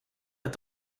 est